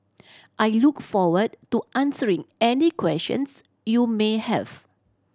I look forward to answering any questions you may have